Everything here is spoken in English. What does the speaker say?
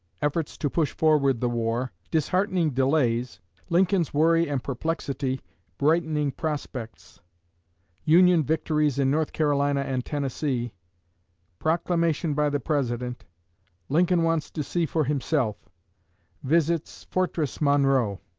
efforts to push forward the war disheartening delays lincoln's worry and perplexity brightening prospects union victories in north carolina and tennessee proclamation by the president lincoln wants to see for himself visits fortress monroe